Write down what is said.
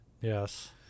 Yes